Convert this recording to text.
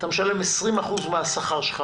20% משכרך בכל